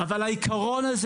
העיקרון הזה